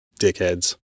dickheads